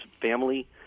family